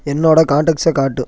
என்னோட கான்டெக்ஸ்ஸை காட்டு